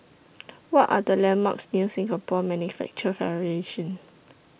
What Are The landmarks near Singapore Manufacturing Federation